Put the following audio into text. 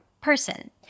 person